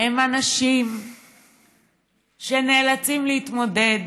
הם אנשים שנאלצים להתמודד